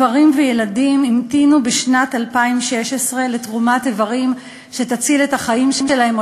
גברים וילדים המתינו בשנת 2016 לתרומת איברים שתציל את החיים שלהם,